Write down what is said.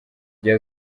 igihe